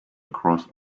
across